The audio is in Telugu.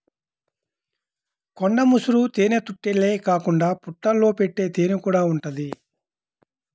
కొండ ముసురు తేనెతుట్టెలే కాకుండా పుట్టల్లో పెట్టే తేనెకూడా ఉంటది